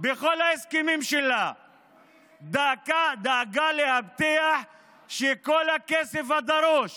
בכל ההסכמים שלה דאגה להבטיח שכל הכסף הדרוש